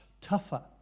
tougher